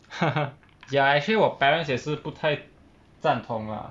呵呵 ya actually 我 parents 也是不太赞同 lah